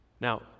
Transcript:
Now